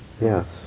Yes